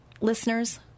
Listeners